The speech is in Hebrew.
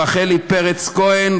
רחלי פרץ כהן,